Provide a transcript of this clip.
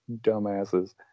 dumbasses